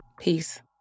Peace